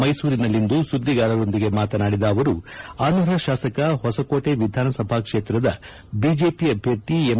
ಮೈಸೂರಿನಲ್ಲಿಂದು ಸುದ್ದಿಗಾರರೊಂದಿಗೆ ಮಾತನಾಡಿದ ಅವರು ಅನರ್ಹ ಶಾಸಕ ಹೊಸಕೋಟೆ ವಿಧಾನಸಭಾ ಕ್ಷೇತ್ರದ ಬಿಜೆಪಿ ಅಭ್ಯರ್ಥಿ ಎಂ